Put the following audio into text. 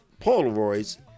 Polaroids